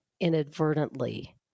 inadvertently